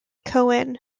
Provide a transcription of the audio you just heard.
cohen